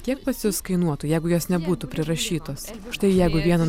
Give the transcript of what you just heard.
kiek pas jus kainuotų jeigu jos nebūtų prirašytos štai jeigu vieną